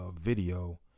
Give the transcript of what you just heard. video